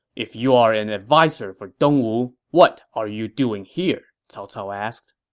if you are an adviser for dong wu, what are you doing here? cao cao asked